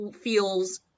feels